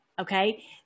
Okay